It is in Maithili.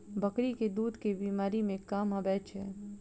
बकरी केँ दुध केँ बीमारी मे काम आबै छै?